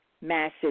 massive